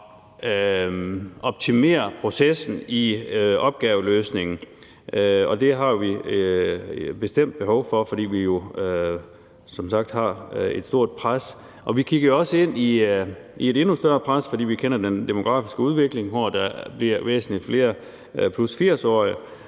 optimere processen i opgaveløsningen. Det har vi bestemt behov for, fordi vi som sagt har et stort pres på det. Vi kigger også ind i et endnu større pres, fordi vi kender den demografiske udvikling, hvor der bliver væsentligt flere +80-årige.